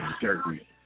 dirty